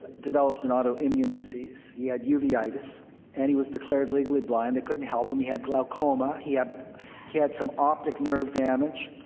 developed an autoimmune disease. he had uveitis and he was declared legally blind, they couldn't help him, he had glaucoma, he had he had some optic nerve damage,